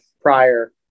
prior